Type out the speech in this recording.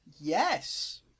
Yes